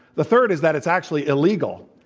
the third is that it's actually illegal.